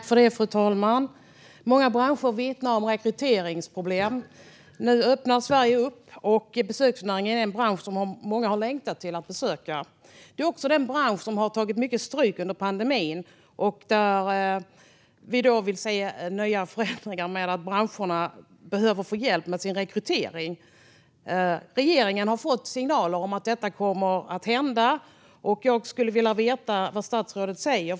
Fru talman! Många branscher vittnar om rekryteringsproblem. Nu öppnar Sverige upp, och besöksnäringen är en bransch som många har längtat till. Det är också en bransch som har tagit mycket stryk under pandemin. Vi vill se en förändring, då branscherna behöver få hjälp med rekrytering. Regeringen har fått signaler om att detta kommer att hända. Jag skulle vilja veta vad statsrådet säger.